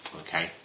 Okay